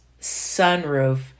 sunroof